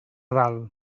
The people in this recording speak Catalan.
dalt